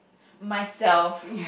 myself